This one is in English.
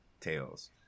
tails